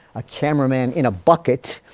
a cameraman in a bucket,